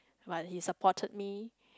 but he supported me